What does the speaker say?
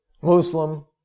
Muslim